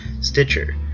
Stitcher